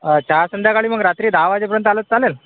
अच्छा आज संध्याकाळी मग रात्री दहा वाजेपर्यंत आलं तर चालेल